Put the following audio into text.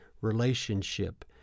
relationship